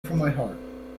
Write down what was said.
from